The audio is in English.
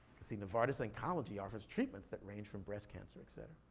you see, novartis oncology offers treatments that range from breast cancer, et cetera.